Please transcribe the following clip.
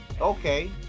okay